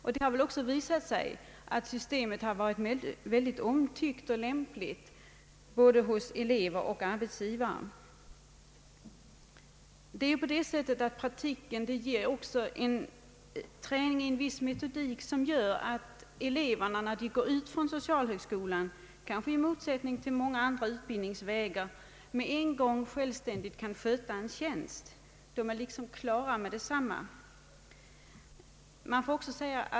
Systemet har även visat sig vara lämpligt och omtyckt av både elever och arbetsgivare. Praktiken ger också träning i en viss metodik som gör att eleverna efter avslutad utbildning vid socialhögskolan, kanske i motsats till många andra utbildningsvägar, på en gång självständigt kan sköta en tjänst.